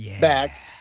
back